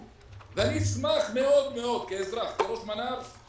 מינימום ואני אשמח מאוד מאוד, כאזרח, כראש מנה"ר.